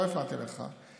לא הפרעתי לך.